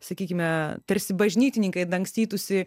sakykime tarsi bažnytininkai dangstytųsi